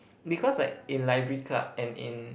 because like in library club and in